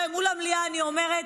מול המליאה אני אומרת,